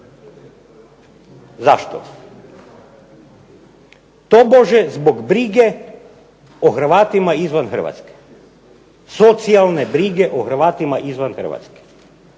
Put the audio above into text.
Zašto? Tobože zbog brige o Hrvatima izvan Hrvatske, socijalne brige o Hrvatima izvan Hrvatske.